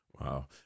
Wow